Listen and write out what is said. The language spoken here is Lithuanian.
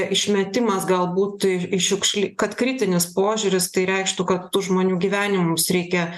išmetimas galbūt į šiukšly kad kritinis požiūris tai reikštų kad tų žmonių gyvenimus reikia